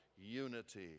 unity